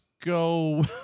go